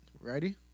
ready